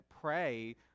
pray